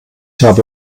habe